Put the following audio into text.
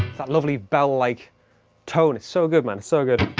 lovely bell-like tone it's so good man so good